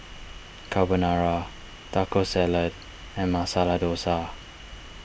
Carbonara Taco Salad and Masala Dosa